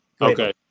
Okay